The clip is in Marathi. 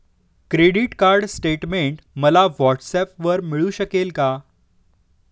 क्रेडिट कार्ड स्टेटमेंट मला व्हॉट्सऍपवर मिळू शकेल का?